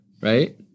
right